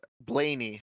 Blaney